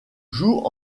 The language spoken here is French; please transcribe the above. joue